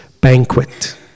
banquet